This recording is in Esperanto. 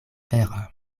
vera